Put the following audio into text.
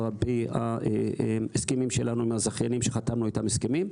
על פי הסכמים שלנו עם הזכיינים שחתמנו איתם הסכמים.